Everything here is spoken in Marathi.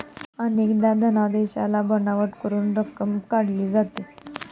अनेकदा धनादेशाला बनावट करून रक्कम काढली जाते